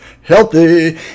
healthy